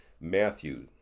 Matthew